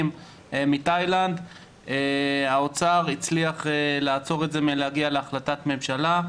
מתאילנד האוצר הצליח לעצור את זה מלהגיע להחלטת ממשלה.